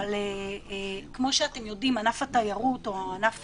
אבל כמו שאתם יודעים ענף התיירות או ענף